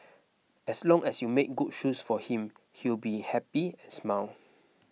as long as you made good shoes for him he'll be happy and smile